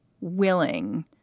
willing